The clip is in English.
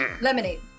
lemonade